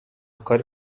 کاری